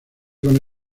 con